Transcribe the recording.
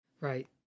Right